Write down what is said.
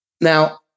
Now